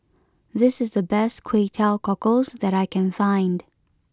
this is the best Kway Teow Cockles that I can find